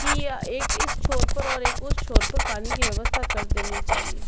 कि या एक इस छोर पर और एक उस छोर पर पानी की व्यवस्था कर देनी चाहिए